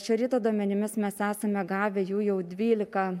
šio ryto duomenimis mes esame gavę jų jau dvyliką